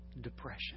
depression